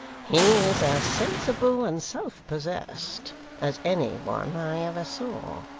he is as sensible and self-possessed as any one i ever saw